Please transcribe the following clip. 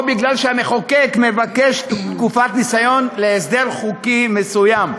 או בגלל שהמחוקק מבקש תקופת ניסיון להסדר חוקי מסוים.